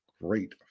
great